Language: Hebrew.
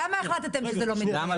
למה החלטתם שזה לא מתקיים?